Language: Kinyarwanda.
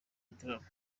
gitaramo